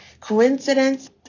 coincidence